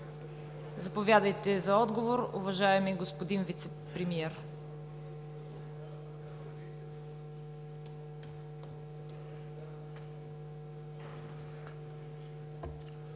Заповядайте за отговор, уважаеми господин Вицепремиер.